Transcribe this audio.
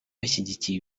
bashyigikiye